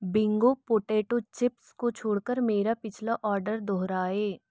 Bingo potato chips को छोड़कर मेरा पिछला आर्डर दोहराएँ